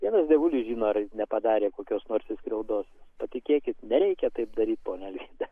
vienas dievulis žino ar nepadarė kokios nors jis skriaudos patikėkit nereikia taip daryt ponia alvyda